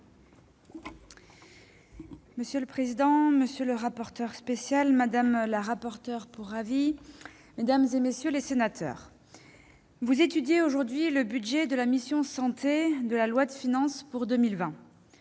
Monsieur le président, monsieur le rapporteur spécial, madame la rapporteure pour avis, mesdames, messieurs les sénateurs, vous étudiez aujourd'hui le budget de la mission « Santé » de la loi de finances pour 2020.